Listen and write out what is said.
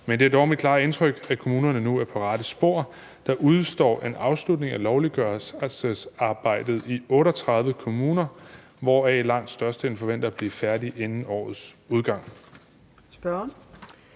men det er dog mit klare indtryk, at kommunerne nu er på rette spor. Der udestår en afslutning af lovliggørelsesarbejdet i 38 kommuner, hvoraf langt størstedelen forventer at blive færdige inden årets udgang.